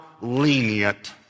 lenient